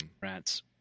Rats